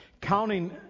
counting